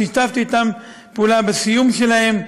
שיתפתי אתם פעולה בסיום שלהם,